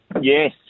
Yes